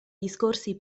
discorsi